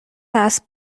است